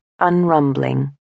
unrumbling